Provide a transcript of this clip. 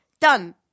Done